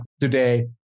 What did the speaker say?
today